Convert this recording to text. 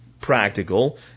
practical